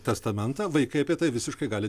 testamentą vaikai apie tai visiškai gali